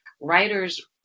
writers